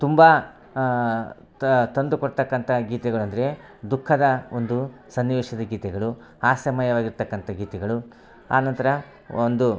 ತುಂಬ ತಂದುಕೊಡ್ತಕಂಥ ಗೀತೆಗಳಂದರೆ ದುಃಖದ ಒಂದು ಸನ್ನಿವೇಶದ ಗೀತೆಗಳು ಹಾಸ್ಯಮಯವಾಗಿರ್ತಕ್ಕಂಥ ಗೀತೆಗಳು ಅನಂತರ ಒಂದು